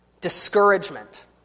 discouragement